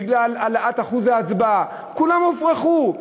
בגלל העלאת אחוזי ההצבעה, כולם הופרכו.